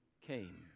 came